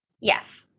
Yes